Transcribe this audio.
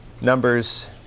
Numbers